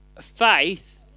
Faith